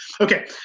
Okay